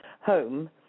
home